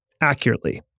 accurately